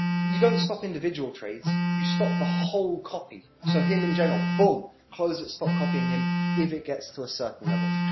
you don't stop individual trades, you stop the whole copy so him in general. booom, close it, stop copying him if it gets to a certain level.